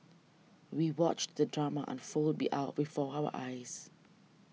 we watched the drama unfold be our before our eyes